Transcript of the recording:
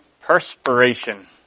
perspiration